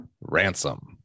ransom